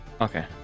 Okay